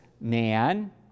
man